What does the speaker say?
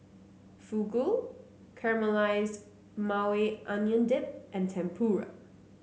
Fugu Caramelized Maui Onion Dip and Tempura